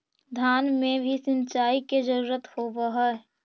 धान मे भी सिंचाई के जरूरत होब्हय?